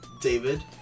David